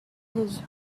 his